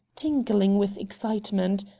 tingling with excitement.